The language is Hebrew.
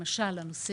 למשל?